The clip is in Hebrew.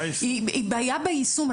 היא בעיה ביישום.